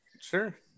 Sure